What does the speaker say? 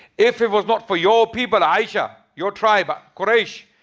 if it was not for your people, aisha. your tribe quraish.